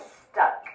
stuck